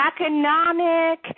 economic